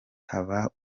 haba